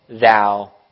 thou